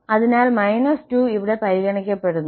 അതിനാൽ −2 ഇവിടെ പരിഗണിക്കപ്പെടുന്നു